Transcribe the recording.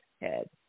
head